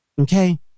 Okay